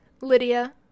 lydia